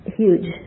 huge